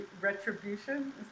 retribution